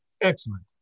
excellent